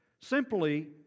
Simply